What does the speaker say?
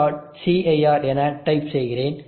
cir என type செய்கிறேன்